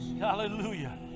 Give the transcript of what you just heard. Hallelujah